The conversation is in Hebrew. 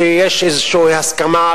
זה לא רק בזמן שיש שפעת ויש לחץ אז יש בעיה